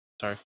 Sorry